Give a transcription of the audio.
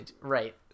right